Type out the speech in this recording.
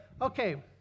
Okay